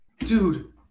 Dude